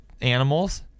animals